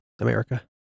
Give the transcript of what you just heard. America